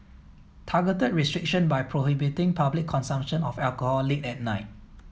targeted restriction by prohibiting public consumption of alcohol late at night